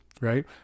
right